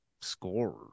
scorer